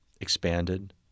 expanded